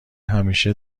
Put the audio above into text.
همیشه